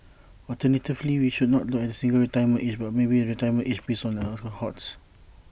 alternatively we should not look at A single retirement age but maybe A retirement age based on age cohorts